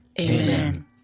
Amen